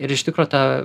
ir iš tikro ta